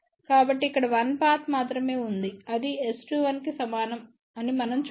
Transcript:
కాబట్టిఇక్కడ 1 పాత్ మాత్రమే ఉందని అది S21 కి సమానమని మనం చూడవచ్చు